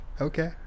Okay